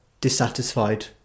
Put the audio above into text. dissatisfied